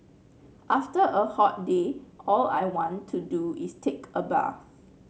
after a hot day all I want to do is take a bath